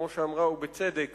כמו שאמרה בצדק